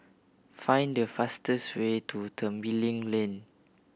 find the fastest way to Tembeling Lane